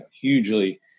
hugely